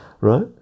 right